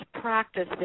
practice